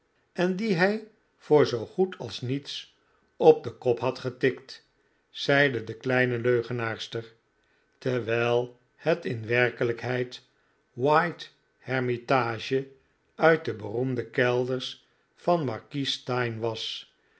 en dien hij voor zoo goed als niets op den kop had getikt zeide de kleine leugenaarster terwijl het in werkelijkheid white hermitage uit de beroemde kelders van markies steyne was